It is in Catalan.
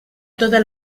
totes